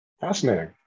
Fascinating